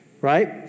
right